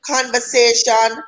Conversation